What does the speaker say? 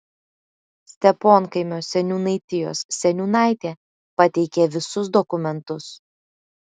steponkaimio seniūnaitijos seniūnaitė pateikė visus dokumentus